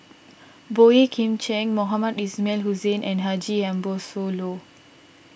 Boey Kim Cheng Mohamed Ismail Hussain and Haji Ambo Sooloh